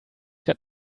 got